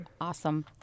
awesome